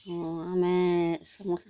ହଁ ଆମେ